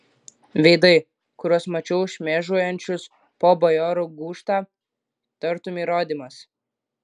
veidai kuriuos mačiau šmėžuojančius po bajorų gūžtą tartum įrodymas